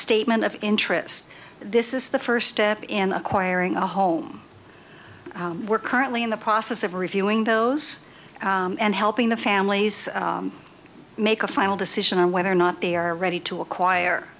statement of interest this is the first step in acquiring a home we're currently in the process of reviewing those and helping the families make a final decision on whether or not they are ready to acquire